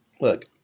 Look